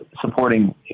supporting